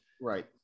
Right